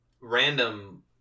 random